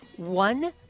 One